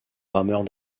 rameurs